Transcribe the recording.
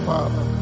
Father